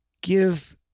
give